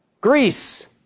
Greece